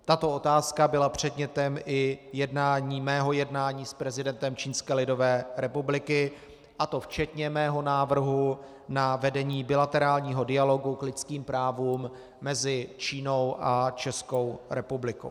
Tato otázka byla předmětem i mého jednání s prezidentem Čínské lidové republiky, a to včetně mého návrhu na vedení bilaterálního dialogu k lidským právům mezi Čínou a Českou republikou.